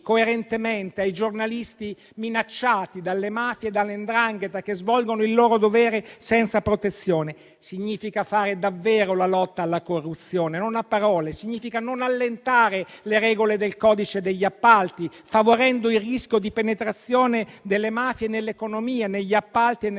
coerentemente ai giornalisti minacciati dalle mafie e dalla 'ndrangheta, che svolgono il loro dovere senza protezione. Significa fare davvero la lotta alla corruzione, non a parole; non allentare le regole del codice degli appalti, favorendo il rischio di penetrazione delle mafie nell'economia, negli appalti e nella